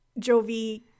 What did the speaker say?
Jovi